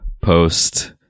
post